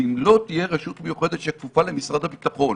ואם לא תהיה רשות מיוחדת שכפופה למשרד הביטחון